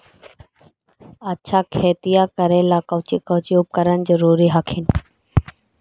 अच्छा खेतिया करे ला कौची कौची उपकरण जरूरी हखिन?